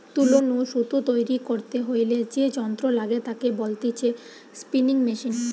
তুলো নু সুতো তৈরী করতে হইলে যে যন্ত্র লাগে তাকে বলতিছে স্পিনিং মেশিন